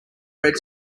red